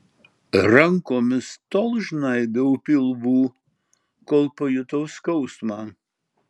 rankomis tol žnaibiau pilvų kol pajutau skausmą